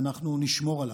ואנחנו נשמור עליו.